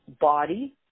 body